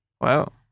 Wow